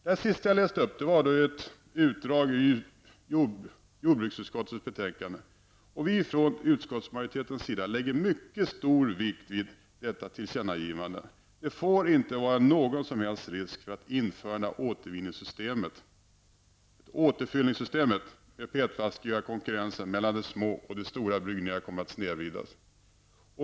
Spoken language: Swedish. Det sista jag läste upp var ett utdrag ur jordbruksutskottets betänkande. Vi från utskottsmajoritetens sida lägger mycket stor vikt vid detta tillkännagivande. Det får inte vara någon som helst risk för att införandet av återfyllningssystemet med PET-flaskor gör att konkurrensen mellan de små och de stora bryggerierna kommer att snedvridas.